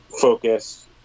focus